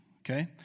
Okay